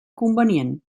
convenient